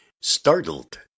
Startled